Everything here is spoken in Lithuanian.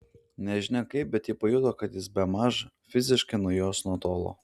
nežinia kaip bet ji pajuto kad jis bemaž fiziškai nuo jos nutolo